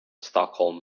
stockholm